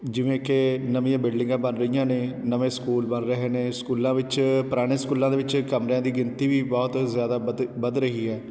ਜਿਵੇਂ ਕਿ ਨਵੀਆਂ ਬਿਲਡਿੰਗਾਂ ਬਣ ਰਹੀਆਂ ਨੇ ਨਵੇਂ ਸਕੂਲ ਬਣ ਰਹੇ ਨੇ ਸਕੂਲਾਂ ਵਿੱਚ ਪੁਰਾਣੇ ਸਕੂਲਾਂ ਦੇ ਵਿੱਚ ਕਮਰਿਆਂ ਦੀ ਗਿਣਤੀ ਵੀ ਬਹੁਤ ਜ਼ਿਆਦਾ ਬਦ ਵੱਧ ਰਹੀ ਹੈ